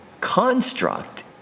construct